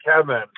Kevin